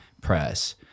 press